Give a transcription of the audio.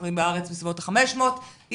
אנחנו יודעים בארץ בסביבות 500 ילדים,